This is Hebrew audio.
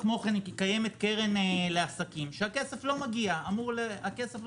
כמו כן, קיימת קרן לעסקים שהכסף לא מגיע אלינו.